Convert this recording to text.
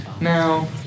Now